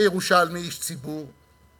כירושלמי, איש ציבור,